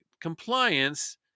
compliance